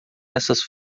nessas